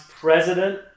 president